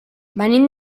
venim